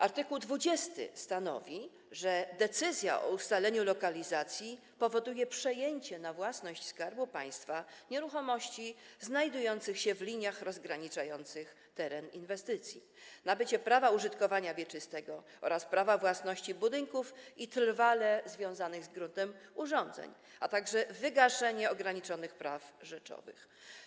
Art. 20 stanowi, że decyzja o ustaleniu lokalizacji powoduje przejęcie na własność Skarbu Państwa nieruchomości znajdujących się w liniach rozgraniczających teren inwestycji, nabycie prawa użytkowania wieczystego oraz prawa własności budynków i trwale związanych z gruntem urządzeń, a także wygaszenie ograniczonych praw rzeczowych.